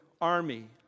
army